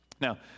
Now